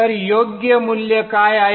तर योग्य मूल्य काय आहे